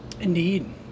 Indeed